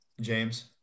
james